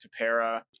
Tapera